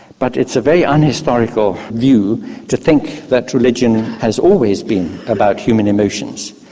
but it's a very unhistorical view to think that religion has always been about human emotions.